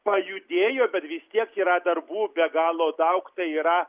pajudėjo bet vis tiek yra darbų be galo daug tai yra